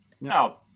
now